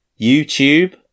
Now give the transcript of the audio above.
YouTube